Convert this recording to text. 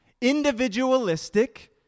individualistic